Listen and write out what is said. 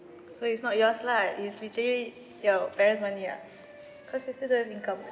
so it's not yours lah it's literally your parents money ah cause you still don't have income